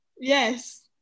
yes